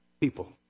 people